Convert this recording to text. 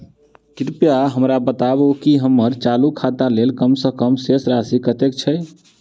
कृपया हमरा बताबू की हम्मर चालू खाता लेल कम सँ कम शेष राशि कतेक छै?